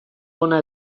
hona